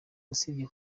usibye